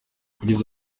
kugeza